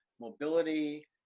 mobility